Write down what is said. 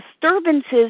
disturbances